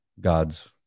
God's